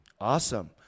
Awesome